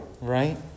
right